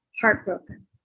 heartbroken